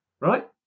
Right